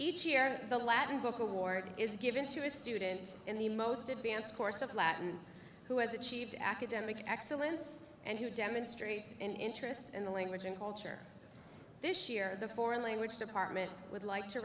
each year the latin book award is given to a student in the most advanced course of latin who has achieved academic excellence and who demonstrates an interest in the language and culture this year the foreign language department would like to